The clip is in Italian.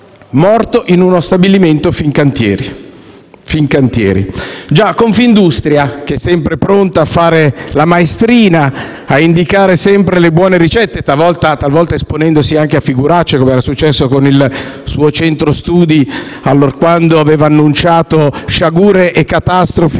morto in uno stabilimento Fincantieri. Già, Confindustria, che è sempre pronta a fare la maestrina, a indicare sempre le buone ricette, talvolta esponendosi anche a figuracce, come era successo con il suo centro studi allorquando aveva annunciato sciagure e catastrofi